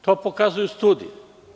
To pokazuju studije.